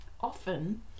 Often